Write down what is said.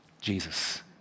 Jesus